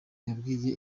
yabwiye